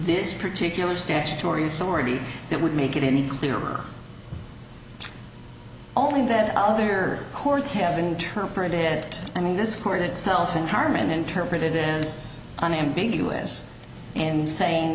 this particular statutory authority that would make it any clearer only that other courts have interpreted it i mean this court itself and carmen and printed it is unambiguous and saying